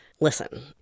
Listen